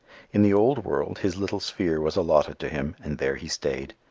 in the old world his little sphere was allotted to him and there he stayed.